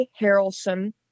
Harrelson